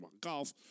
golf